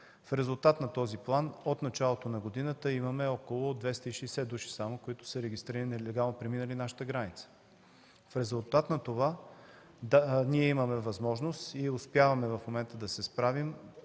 В резултат на този в началото на годината имаме около 260 души само, които са регистрирани като нелегално преминали нашата граница. В резултат на това ние имаме възможност и успяваме в момента да се справим